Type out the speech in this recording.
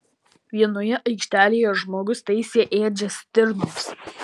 vienoje aikštelėje žmogus taisė ėdžias stirnoms